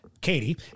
Katie